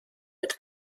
mit